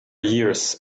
years